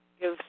give